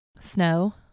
Snow